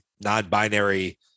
non-binary